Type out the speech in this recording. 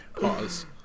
Pause